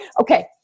okay